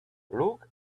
look